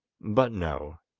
but, no!